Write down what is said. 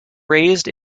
raised